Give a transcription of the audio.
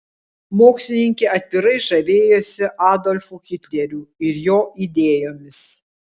mokslininkė atvirai žavėjosi adolfu hitleriu ir jo idėjomis